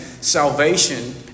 salvation